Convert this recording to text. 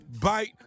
bite